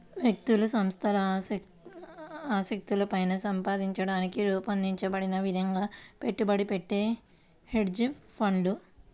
వ్యక్తులు సంస్థల ఆస్తులను పైన సంపాదించడానికి రూపొందించబడిన విధంగా పెట్టుబడి పెట్టే హెడ్జ్ ఫండ్లు